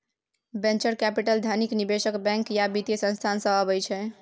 venture capital धनिक निबेशक, bank या बित्तीय संस्थान सँ अबै छै